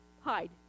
hide